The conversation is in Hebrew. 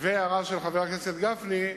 וההערה של חבר הכנסת גפני,